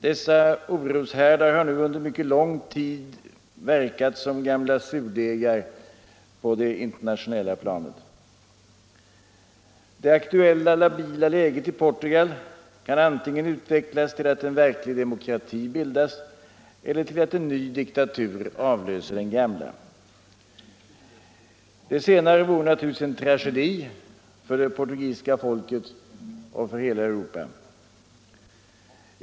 Dessa oroshärdar har nu under mycket lång tid verkat som gamla surdegar på det internationella planet. Det aktuella labila läget i Portugal kan antingen utvecklas till att en verklig demokrati bildas eller till att en ny diktatur avlöser den gamla. Det senare vore naturligtvis en tragedi för det portugisiska folket och för hela Europa.